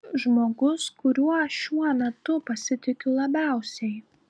žmogus kuriuo šiuo metu pasitikiu labiausiai